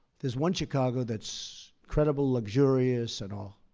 there's one chicago that's incredible, luxurious and all,